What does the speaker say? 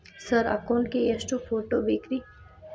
Sir account ಗೇ ಎಷ್ಟು photo ಬೇಕ್ರಿ?